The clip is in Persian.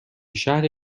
شهر